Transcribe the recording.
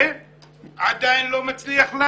ועדיין לא מצליח לנו.